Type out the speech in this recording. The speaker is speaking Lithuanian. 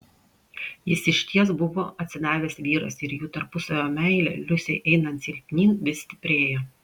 jis išties buvo atsidavęs vyras ir jų tarpusavio meilė liusei einant silpnyn vis stiprėjo